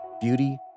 beauty